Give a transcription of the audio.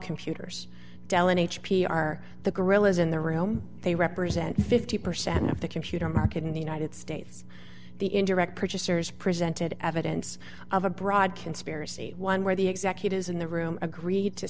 computers dell and h p are the gorillas in the room they represent fifty percent of the computer market in the united states the indirect purchasers presented evidence of a broad conspiracy one where the executives in the room agreed to